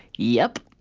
yep,